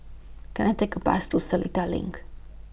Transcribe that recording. Can I Take A Bus to Seletar LINK